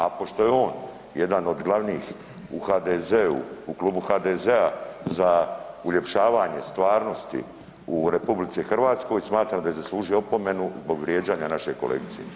A pošto je on jedan od glavnih u HDZ-u u klubu HDZ-a za uljepšavanje stvarnosti u RH smatram da je zaslužio opomenu zbog vrijeđanja naše kolegice.